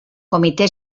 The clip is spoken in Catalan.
comitè